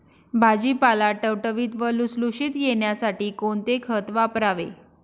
भाजीपाला टवटवीत व लुसलुशीत येण्यासाठी कोणते खत वापरावे?